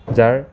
যাৰ